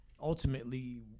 ultimately